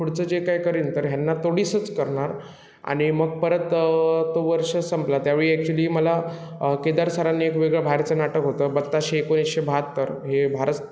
पुढचं जे काही करीन तर ह्यांना तोडीसच करणार आणि मग परत तो वर्ष संपला त्यावेळी ॲक्चुली मला केदार सरांनी एक वेगळं बाहेरचं नाटक होतं बत्ताशे एकोणीशे बहात्तर हे भारत